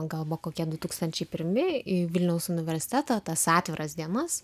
gal buvo kokie du tūkstančiai pirmi į vilniaus universitetą tas atviras dienas